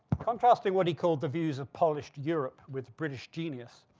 contrasting what he called the views of polished europe with british genius,